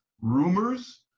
rumors